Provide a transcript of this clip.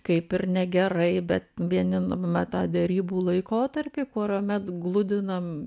kaip ir negerai bet vieni numeta derybų laikotarpį kuriuomet glūdinam